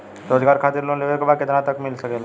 रोजगार खातिर लोन लेवेके बा कितना तक मिल सकेला?